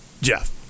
Jeff